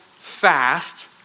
fast